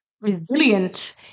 resilient